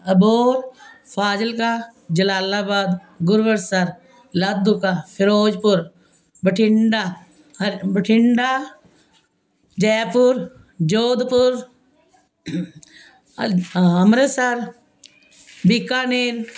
Abohar Fazilka Jalalabad Guruvarsar Ladhuka Firozpur Bathinda ਹਰ ਬਠਿੰਡਾ ਜੈਪੁਰ ਜੋਧਪੁਰ ਅੰਮ੍ਰਿਤਸਰ ਬੀਕਾਨੇਰ